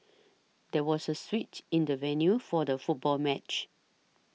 there was a switch in the venue for the football match